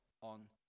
on